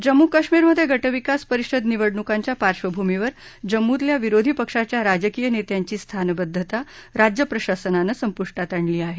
जम्मू कश्मीरमधे गटविकास परिषद निवडणुकांच्या पार्श्वभूमीवर जम्मुतल्या विरोधी पक्षांच्या राजकीय नेत्यांची स्थानबद्धता राज्य प्रशासनानं संपुष्टात आणली आहे